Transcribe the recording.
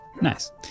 Nice